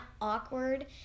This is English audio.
awkward